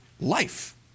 life